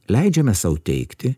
leidžiame sau teigti